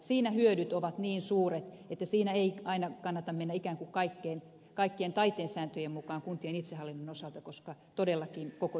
siinä hyödyt ovat niin suuret että siinä ei aina kannata mennä ikään kuin kaikkien taiteen sääntöjen mukaan kuntien itsehallinnon osalta koska todellakin koko yhteiskunta hyötyy